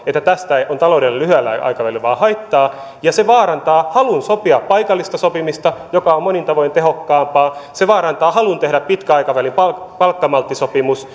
että tästä on taloudelle lyhyellä aikavälillä vain haittaa ja se vaarantaa halun sopia paikallista sopimista joka on monin tavoin tehokkaampaa se vaarantaa halun tehdä pitkän aikavälin palkkamalttisopimus